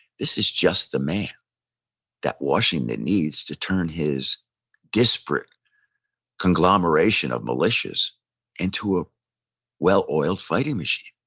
this is just the man that washington needs to turn his disparate conglomeration of militias into a well-oiled fighting machine.